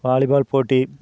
வாலி பால் போட்டி